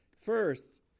first